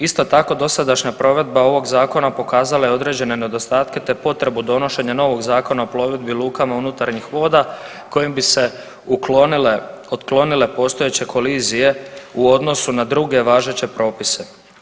Isto tako dosadašnja provedba ovog zakona pokazala je određene nedostatke, te potrebu donošenja novog Zakona o plovidbi i lukama unutarnjih voda kojim bi se uklonile, otklonile postojeće kolizije u odnosu na druge važeće propise.